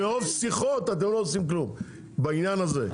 מרוב שיחות אתם לא עושים כלום בעניין הזה.